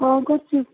କ'ଣ କରୁଛୁ